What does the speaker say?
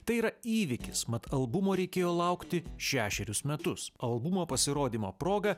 tai yra įvykis mat albumo reikėjo laukti šešerius metus albumo pasirodymo proga